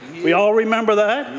we all remember that?